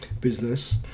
business